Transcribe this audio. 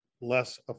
less